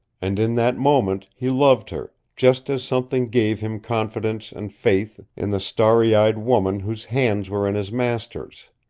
and in that moment he loved her, just as something gave him confidence and faith in the starry-eyed woman whose hands were in his master's.